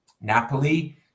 Napoli